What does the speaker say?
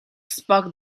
spoke